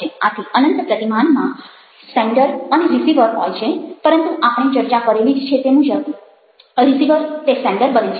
આથી અનંત પ્રતિમાનમાં સેન્ડર અને રિસીવર હોય છે પરંતુ આપણે ચર્ચા કરેલી જ છે તે મુજબ રિસીવર તે સેન્ડર બને છે